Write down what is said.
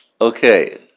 Okay